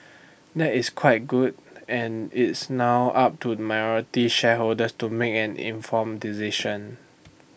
that is quite good and it's now up to minority shareholders to make an informed decision